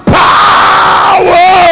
power